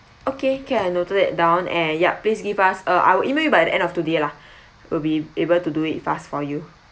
okay can I noted down and ya please give us uh I will email by the end of today lah we'll be able to do it fast for you